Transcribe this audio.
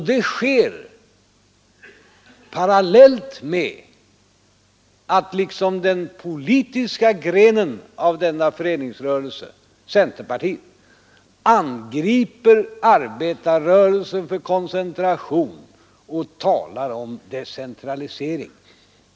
Det sker parallellt med att den politiska grenen av denna föreningsrörelse, centerpartiet, angriper arbetarrörelsen för koncentration och talar om decentralisering.